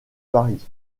paris